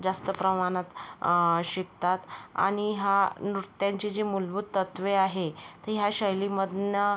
जास्त प्रमाणात शिकतात आणि हा नृत्यांचे जे मूलभूत तत्वे आहे ती ह्या शैलीमधून